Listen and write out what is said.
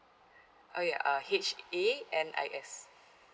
oh ya uh H A N I S